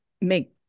make